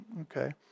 Okay